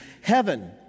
Heaven